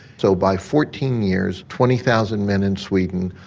so by fourteen years twenty thousand men in sweden,